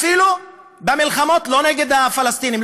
אפילו במלחמות לא נגד הפלסטינים,